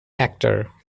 actor